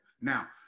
Now